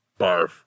Barf